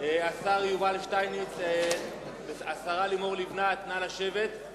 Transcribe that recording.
השר יובל שטייניץ, השרה לימור לבנת, נא לשבת.